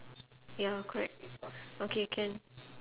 ya correct okay can